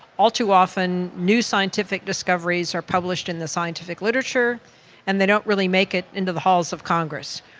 all too often new scientific discoveries are published in the scientific literature and they don't really make it into the halls of congress,